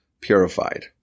purified